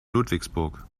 ludwigsburg